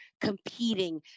competing